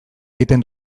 egiten